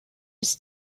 its